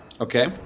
Okay